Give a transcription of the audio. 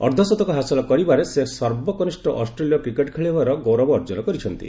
ଅର୍ଦ୍ଧଶତକ ହାସଲ କରିବାରେ ସେ ସର୍ବକନିଷ୍ଠ ଅଷ୍ଟ୍ରେଲିୟ କ୍ରିକେଟ୍ ଖେଳାଳି ହେବାର ଗୌରବ ଅର୍ଜନ କରିଛନ୍ତି